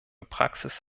praxis